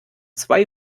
zwei